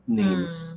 names